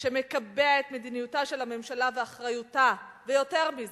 שמקבע את מדיניותה של הממשלה ואחריותה, ויותר מזה,